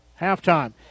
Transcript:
halftime